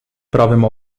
prawym